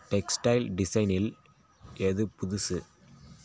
textile டிசைனில் எது புதுசு